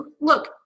look